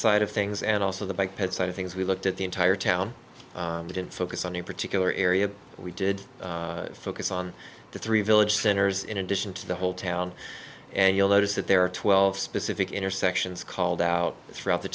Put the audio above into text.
side of things and also the bike had side of things we looked at the entire town didn't focus on a particular area we did focus on the three village centers in addition to the whole town and you'll notice that there are twelve specific intersections called out throughout the